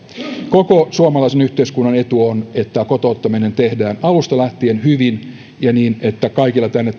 koko suomalaisen yhteiskunnan etu on että kotouttaminen tehdään alusta lähtien hyvin ja niin että kaikilla tänne